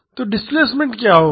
तो डिस्प्लेसमेंट क्या होगा